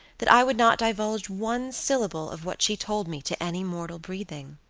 that i would not divulge one syllable of what she told me to any mortal breathing.